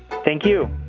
thank you.